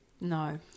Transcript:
No